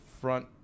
front